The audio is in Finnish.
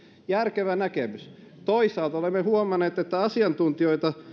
järkevä näkemys toisaalta olemme huomanneet että asiantuntijoita